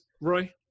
Roy